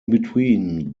between